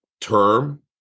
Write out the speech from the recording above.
term